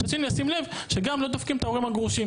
מצד שני לשים לב שגם לא דופקים את ההורים הגרושים.